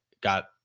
got